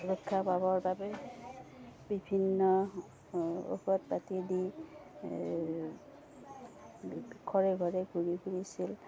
ৰক্ষা পাবৰ বাবে বিভিন্ন ঔষধ পাতি দি ঘৰে ঘৰে ঘূৰি ফুৰিছিল